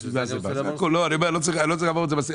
בגלל זה אני רוצה לעבור על הסעיפים.